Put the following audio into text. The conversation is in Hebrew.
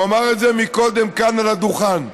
הוא אמר את זה קודם כאן על הדוכן.